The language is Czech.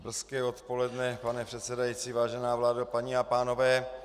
Hezké odpoledne, pane předsedající, vážená vládo, paní a pánové.